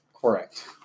correct